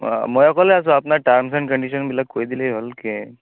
মই অকলে আছোঁ আপোনাৰ টাৰ্মছ এণ্ড কণ্ডিশ্যনবিলাক কৈ দিলে হ'ল কে